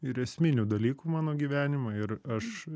ir esminių dalykų mano gyvenimą ir aš